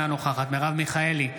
אינה נוכחת מרב מיכאלי,